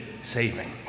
saving